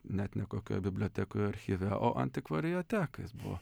net ne kokioj bibliotekoj archyve o antikvariate kai jis buvo